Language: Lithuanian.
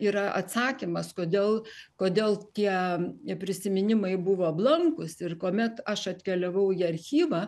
yra atsakymas kodėl kodėl tie prisiminimai buvo blankūs ir kuomet aš atkeliavau į archyvą